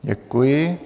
Děkuji.